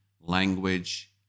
language